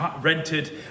rented